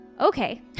okay